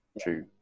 True